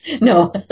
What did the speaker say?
No